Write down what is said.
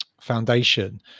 Foundation